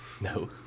No